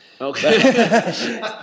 Okay